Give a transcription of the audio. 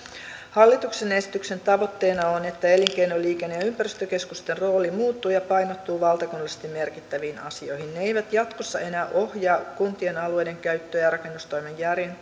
hallituksen esityksen tavoitteena on että elinkeino liikenne ja ympäristökeskusten rooli muuttuu ja painottuu valtakunnallisesti merkittäviin asioihin ne eivät jatkossa enää ohjaa kuntien alueidenkäyttöä ja ja rakennustoimen